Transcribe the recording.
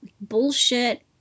bullshit